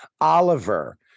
Oliver